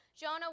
Jonah